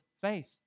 faith